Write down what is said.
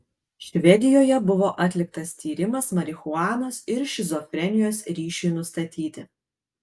švedijoje buvo atliktas tyrimas marihuanos ir šizofrenijos ryšiui nustatyti